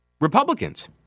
Republicans